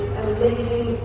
amazing